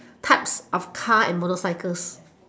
types of car and motorcycles